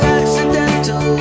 accidental